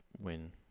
win